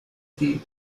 que